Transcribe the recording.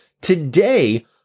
Today